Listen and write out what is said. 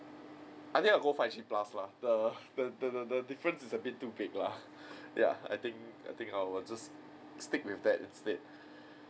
I think I'll go five G plus lah the the the the the difference is a bit too big lah ya I think I think I will just stick with that instead